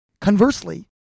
Conversely